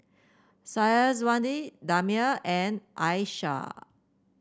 Syazwani Damia and Aisyah